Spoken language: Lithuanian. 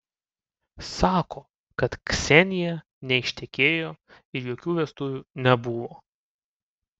sako kad ksenija neištekėjo ir jokių vestuvių nebuvo